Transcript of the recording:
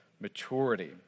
maturity